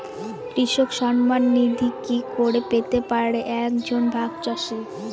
কৃষক সন্মান নিধি কি করে পেতে পারে এক জন ভাগ চাষি?